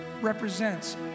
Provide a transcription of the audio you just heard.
represents